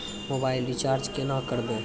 Mobile recharge केना करबै?